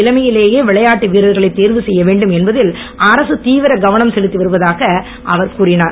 இளமையிலேயே விளையாட்டு வீரர்களை தேர்வு செய்ய வேண்டும் என்பதில் அரசு தீவிரம் கவனம் செலுத்தி வருவதாக அவர் கூறினார்